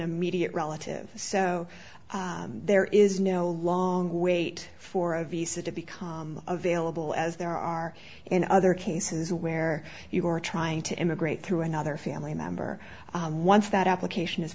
immediate relative so there is no long wait for a visa to become available as there are in other cases where you are trying to immigrate through another family member once that application is